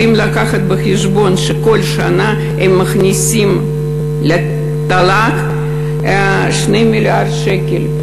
ואם להביא בחשבון שכל שנה הם מכניסים לתל"ג 2 מיליארד שקל,